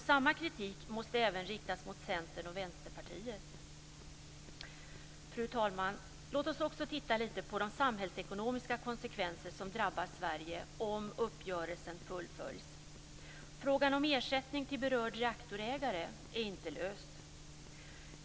Samma kritik måste även riktas mot Fru talman, låt oss också se på de samhällsekonomiska konsekvenser som drabbar Sverige om uppgörelsen fullföljs. Frågan om ersättning till berörd reaktorägare är inte löst.